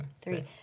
three